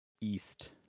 East